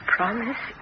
Promise